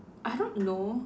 I don't know